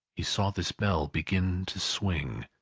he saw this bell begin to swing.